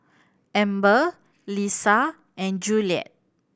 Amber Leesa and Juliet